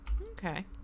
okay